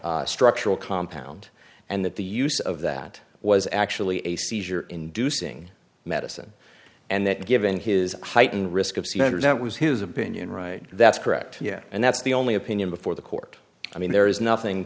similar structural compound and that the use of that was actually a seizure inducing medicine and that given his heightened risk of seizures that was his opinion right that's correct and that's the only opinion before the court i mean there is nothing